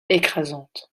écrasante